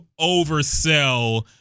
oversell